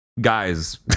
Guys